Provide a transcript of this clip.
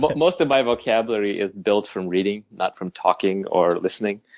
but most of my vocabulary is built from reading, not from talking or listening.